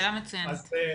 שאלה מצוינת.